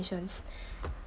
~ssions